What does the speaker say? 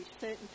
certain